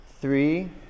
three